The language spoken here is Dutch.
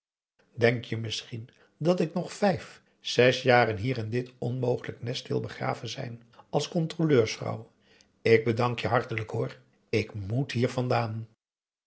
denk je misschien dat ik nog vijf zes jaren hier in dit onmogelijk nest wil begraven zijn als controleursvrouw ik bedank je hartelijk hoor ik moet hier vandaan